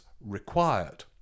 required